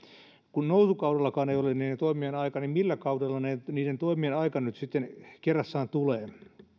kun nousukaudellakaan ei ole niiden toimien aika niin millä kaudella niiden toimien aika nyt sitten kerrassaan tulee